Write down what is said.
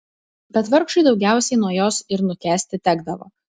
bet vargšui daugiausiai nuo jos ir nukęsti tekdavo